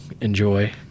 enjoy